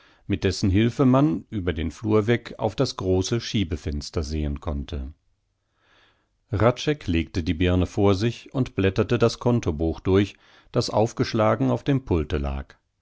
mit hilfe dessen man über den flur weg auf das große schiebefenster sehen konnte hradscheck legte die birne vor sich hin und blätterte das kontobuch durch das aufgeschlagen auf dem pulte lag